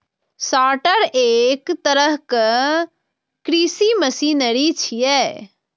sorter एक तरहक कृषि मशीनरी छियै